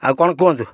ଆଉ କ'ଣ କୁହନ୍ତୁ